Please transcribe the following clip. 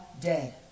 dead